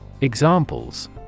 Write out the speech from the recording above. examples